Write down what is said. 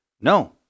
No